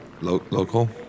local